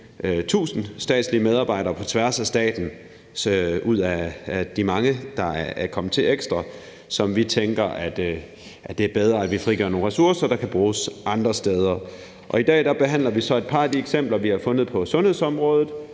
1.000 statslige medarbejdere på tværs af staten ud af de mange, der er kommet til ekstra, og vi tænker, at det er bedre, at vi frigør nogle ressourcer, der kan bruges andre steder. I dag behandler vi så et par af de eksempler, vi har fundet på sundhedsområdet,